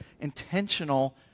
intentional